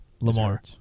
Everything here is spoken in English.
Lamar